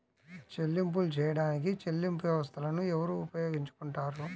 చెల్లింపులు చేయడానికి చెల్లింపు వ్యవస్థలను ఎవరు ఉపయోగించుకొంటారు?